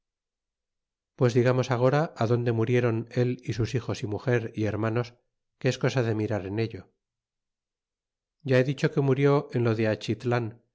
pues digamos agora á donde murieron él y sus hijos y muger y hermanos que es cosa de mirar en ello ya he dicho que murió en lo de